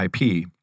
IP